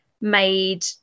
made